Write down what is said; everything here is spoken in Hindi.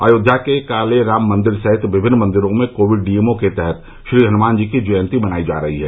अयोध्या के कालेराम मंदिर सहित विभिन्न मंदिरों में कोविड नियमों के तहत श्रीहनुमान जी की जयंती मनाई जा रही है